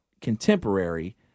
contemporary